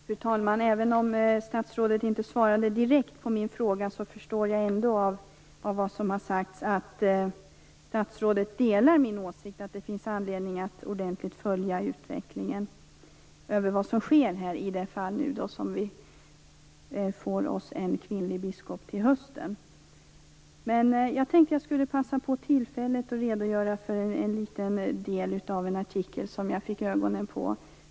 Fru talman! Även om statsrådet inte direkt svarade på min fråga, förstår jag ändå av vad som har sagts att statsrådet delar min åsikt att det finns anledning att ordentligt följa utvecklingen när det gäller tillsättandet av en kvinnlig biskop till hösten. Jag tänkte passa på tillfället att redogöra för en liten del av en artikel som jag fick ögonen på.